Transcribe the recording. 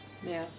ya